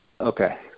Okay